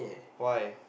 why